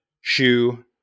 shoe